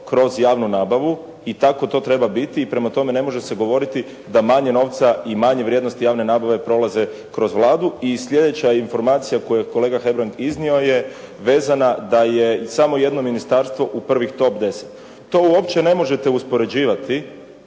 kroz javnu nabavu i tako to treba biti. Prema tome, ne može se govoriti da manje novca i manje vrijednosti javne nabave prolaze kroz Vladu. I sljedeća informacija koju je kolega Hebrang iznio je vezana da je samo jedno ministarstvo u prvih top 10. To uopće ne možete uspoređivati